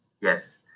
yes